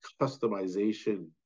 customization